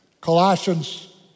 Colossians